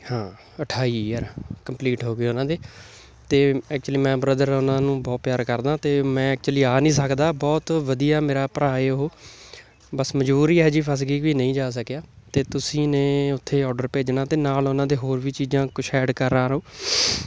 ਹਾਂ ਅਠਾਈ year complete ਹੋਗੇ ਉਹਨਾਂ ਦੇ ਅਤੇ ਐਕੁਚਲੀ ਮੈਂ ਬ੍ਰਦਰ ਉਹਨਾਂ ਨੂੰ ਬਹੁਤ ਪਿਆਰ ਕਰਦਾ ਅਤੇ ਮੈਂ ਐਕੁਚਲੀ ਆ ਨਹੀਂ ਸਕਦਾ ਬਹੁਤ ਵਧੀਆ ਮੇਰਾ ਭਰਾ ਏ ਉਹ ਬੱਸ ਮਜਬੂਰੀ ਇਹੋ ਜਿਹੀ ਫਸ ਗਈ ਵੀ ਨਹੀਂ ਜਾ ਸਕਿਆ ਅਤੇ ਤੁਸੀਂ ਨੇ ਉੱਥੇ ਔਡਰ ਭੇਜਣਾ ਅਤੇ ਨਾਲ ਉਹਨਾਂ ਦੇ ਹੋਰ ਵੀ ਚੀਜ਼ਾਂ ਕੁਛ ਐਡ ਕਰਾ ਰਹਾ ਊ